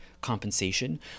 compensation